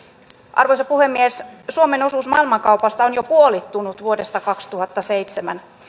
arvoisa puhemies suomen osuus maailmankaupasta on jo puolittunut vuodesta kaksituhattaseitsemän